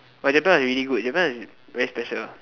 but Japan was really good Japan was very special